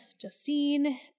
Justine